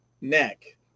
neck